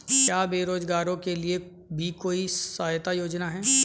क्या बेरोजगारों के लिए भी कोई सहायता योजना है?